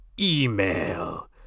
email